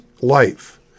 life